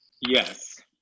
yes